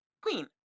queen